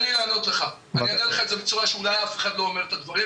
אני המנכ"ל של קבוצת בזלת.